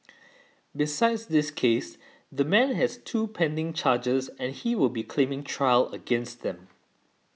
besides this case the man has two pending charges and he will be claiming trial against them